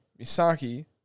Misaki